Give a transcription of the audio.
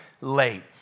late